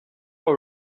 are